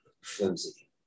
flimsy